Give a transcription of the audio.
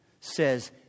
says